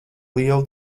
lielu